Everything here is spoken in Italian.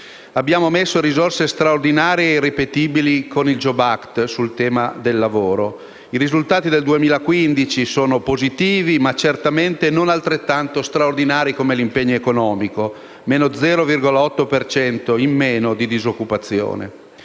abbiamo messo risorse straordinarie e irripetibili sul tema del lavoro. I risultati del 2015 sono positivi, ma certamente non altrettanto straordinari come l'impegno economico: 0,8 per cento in meno di disoccupazione.